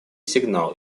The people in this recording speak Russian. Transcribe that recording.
сигнал